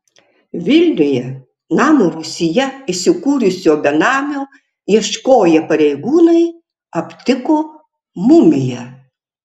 vilniuje namo rūsyje įsikūrusio benamio ieškoję pareigūnai aptiko mumiją